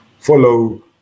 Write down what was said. follow